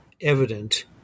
evident